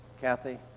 Kathy